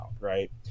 right